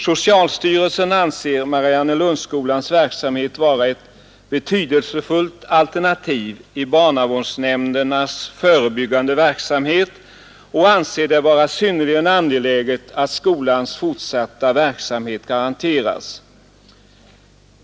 Socialstyrelsen anser Mariannelundsskolans verksamhet vara ett betydelsefullt alternativ i barnavårdsnämndernas förebyggande verksamhet och anser det vara synnerligen angeläget att skolans fortsatta verksamhet garanteras.